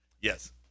Yes